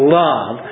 love